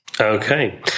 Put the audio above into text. Okay